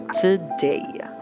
today